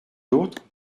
d’autre